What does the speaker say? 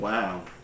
Wow